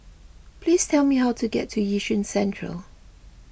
please tell me how to get to Yishun Central